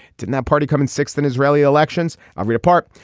did that party come in sixth in israeli elections. i read a part.